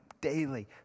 daily